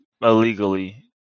illegally